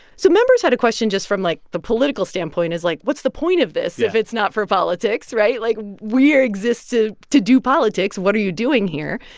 so members had a question just from, like, the political standpoint is like, what's the point of this. yeah. if it's not for politics, right? like, we exist to to do politics. what are you doing here?